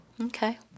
Okay